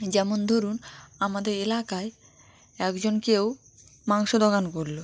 যেমন ধরুন আমাদের এলাকায় একজন কেউ মাংস দোকান করল